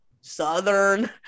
southern